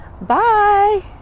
Bye